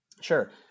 Sure